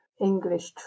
English